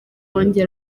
wanjye